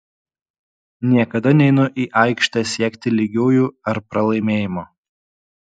niekada neinu į aikštę siekti lygiųjų ar pralaimėjimo